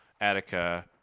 Attica